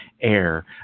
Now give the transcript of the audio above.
AIR